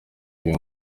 gihe